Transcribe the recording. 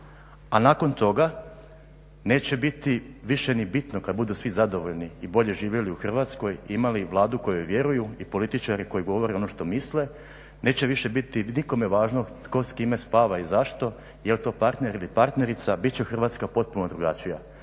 a nakon toga neće biti više ni bitno kad budu svi zadovoljni i bolje živjeli u Hrvatskoj imali Vladu kojoj vjeruju i političari koji govore ono što misle, neće više biti nikome važno tko s kime spava i zašto jer to partner ili partnerica, bit će Hrvatska potpuno drugačija.